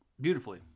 beautifully